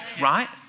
right